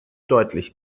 deutlich